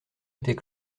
était